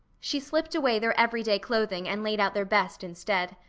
she slipped away their every-day clothing and laid out their best instead.